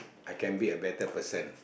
I can be a better person